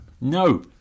No